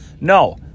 No